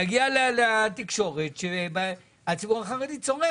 להגיע לאמצעי תקשורת שהציבור החרדי צורך.